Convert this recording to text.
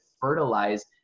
fertilize